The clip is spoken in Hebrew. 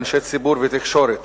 אנשי ציבור ותקשורת